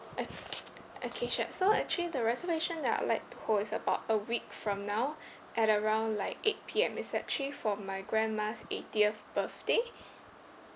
o~ okay sure so actually the reservation that I'll like to hold is about a week from now at around like eight P_M is actually for my grandma's eightieth birthday